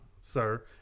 sir